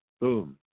Boom